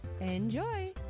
Enjoy